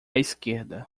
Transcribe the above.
esquerda